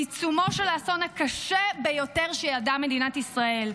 בעיצומו של האסון הקשה ביותר שידעה מדינת ישראל,